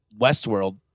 Westworld